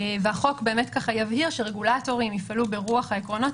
והחוק יבהיר שרגולטורים יפעלו ברוח העקרונות